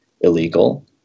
illegal